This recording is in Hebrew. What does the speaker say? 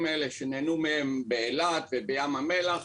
האלה שנהנו מהם באילת ובים המלח.